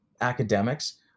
academics